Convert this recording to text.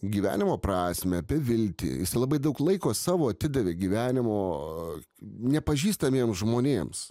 gyvenimo prasmę apie viltį labai daug laiko savo atidavė gyvenimo nepažįstamiem žmonėms